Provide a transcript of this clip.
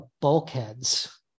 bulkheads